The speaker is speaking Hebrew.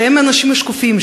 שהם האנשים השקופים,